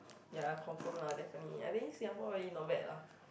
ya confirm lah definitely I think Singapore really not bad lah